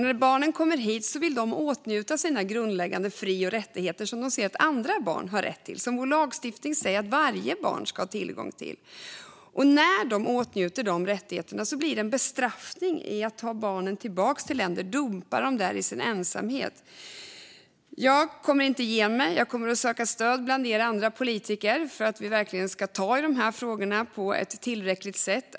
När barnen kommer hit vill de åtnjuta sina grundläggande fri och rättigheter som de ser att andra barn har och som vår lagstiftning säger att varje barn ska ha tillgång till. När de åtnjuter dessa rättigheter blir det en bestraffning att ta tillbaka barnen till hemländerna och dumpa dem där i deras ensamhet. Jag kommer inte att ge mig. Jag kommer att söka stöd bland er andra politiker för att vi verkligen ska ta tag i dessa frågor på ett tillräckligt sätt.